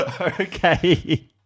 Okay